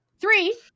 Three